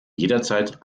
jederzeit